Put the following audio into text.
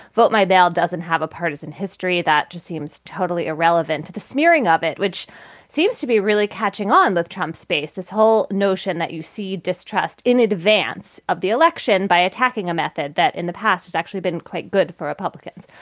vote my bail doesn't have a partisan history that just seems totally irrelevant to the smearing of it, which seems to be really catching on the trump space. this whole notion that you see distrust in advance of the election by attacking a method that in the past has actually been quite good for republicans.